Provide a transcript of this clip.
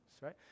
right